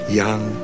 young